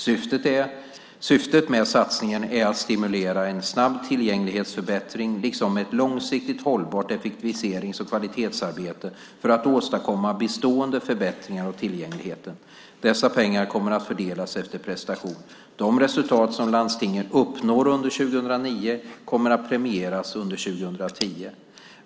Syftet med satsningen är att stimulera en snabb tillgänglighetsförbättring liksom ett långsiktigt hållbart effektiviserings och kvalitetsarbete för att åstadkomma bestående förbättringar av tillgängligheten. Dessa pengar kommer att fördelas efter prestation. De resultat som landstingen uppnår under 2009 kommer att premieras under 2010.